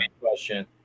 question